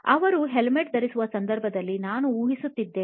ಅವರು ಹೆಲ್ಮೆಟ್ ಧರಿಸುವ ಸಂದರ್ಭವನ್ನು ನಾನು ಊಹಿಸುತ್ತಿದ್ದೇನೆ